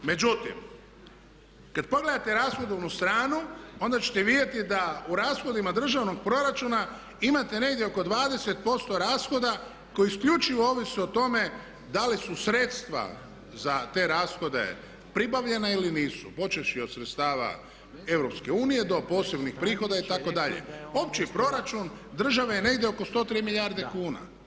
Međutim, kad pogledate rashodovnu stranu onda ćete vidjeti u rashodima državnog proračuna imate negdje oko 20% rashoda koji isključivo ovise o tome da li su sredstva za te rashode pribavljena ili nisu počevši od sredstava EU do posebnih prihoda itd. opći proračun države je negdje oko 103 milijarde kuna.